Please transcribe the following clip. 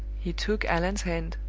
he took allan's hand,